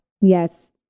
yes